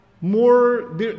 more